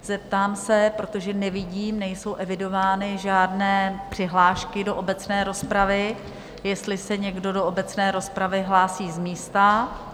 Zeptám se, protože nevidím, nejsou evidovány žádné přihlášky do obecné rozpravy, jestli se někdo do obecné rozpravy hlásí z místa?